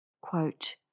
Quote